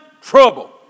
trouble